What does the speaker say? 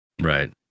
Right